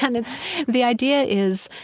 kind of the idea is,